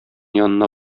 янына